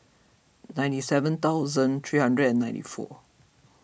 ninety seven thousand three hundred and ninety four